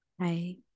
Hi